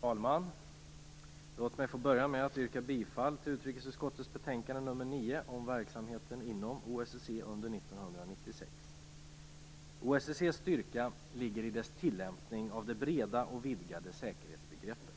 Fru talman! Låt mig få börja med att yrka bifall till utrikesutskottets betänkande nr 9 om verksamheten inom OSSE under 1996. OSSE:s styrka ligger i dess tillämpning av det breda och vidgade säkerhetsbegreppet.